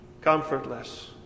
comfortless